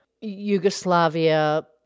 Yugoslavia